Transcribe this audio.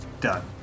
done